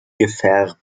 gefärbt